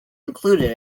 included